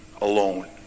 alone